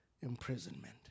imprisonment